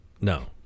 No